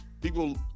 people